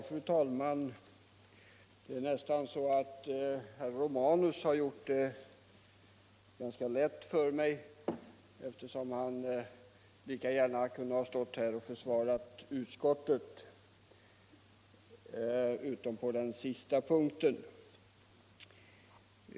Fru talman! Herr Romanus har gjort det lätt för mig, eftersom han här nästan uppträdde som utskottets talesman, utom i den sista delen av sitt anförande.